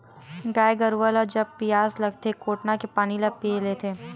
गाय गरुवा ल जब पियास लागथे कोटना के पानी ल पीय लेथे